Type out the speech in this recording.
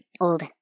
old